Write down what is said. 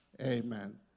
Amen